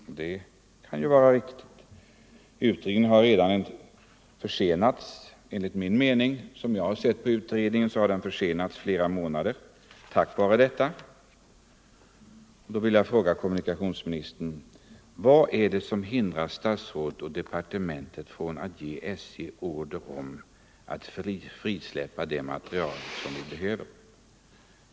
Utredningen har, så som jag bedömt dess arbete, redan försenats flera månader på grund av att vi inte fått tillgång till detta material. Jag vill fråga kommunikationsministern: Vad är det som hindrar stats Nr 128 rådet och departementet från att ge SJ order om att frisläppa det material Tisdagen den som vi behöver?